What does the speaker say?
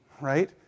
Right